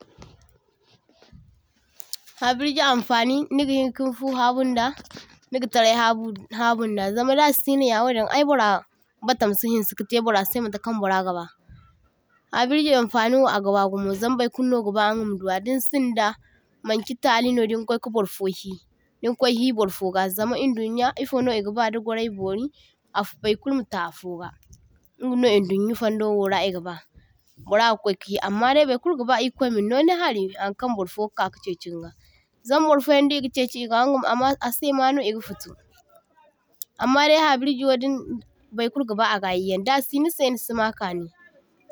toh – toh Habirji haŋfani niga hinkinfu habunda niga tarai habu habunda zama dasinoya wadin ay burra batam se hinsai katai burra sai matakaŋ burra gaba, abirji hinfaniwo aga bagumo zama baykulu no gaba inga ma duwa, dinsinda maŋchi talino dinkwaika burfo he dinkwai he burfoga, zama indunya i’fono i’gaba da gwarai bori af burkulu mata afoga ingano e’dunyi faŋdowo i’gaba. Burra ga kwaika he amma dai burkulu gaba ir’kwai minno ni hari haŋkaŋ burfo gaka chaichi niga, zama burfoyaŋ diga chaichi i’ga ingano ama asai mano i’ga futu, amma dai habirjiwo din baikulu gaba agayiyaŋ dasi nisai nisima kani